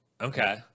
Okay